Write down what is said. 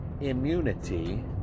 immunity